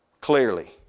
clearly